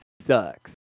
sucks